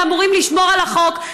שאמורים לשמור על החוק,